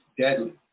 deadly